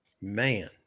Man